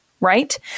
right